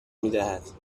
میدهد